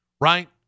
right